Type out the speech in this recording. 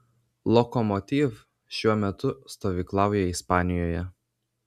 lokomotiv šiuo metu stovyklauja ispanijoje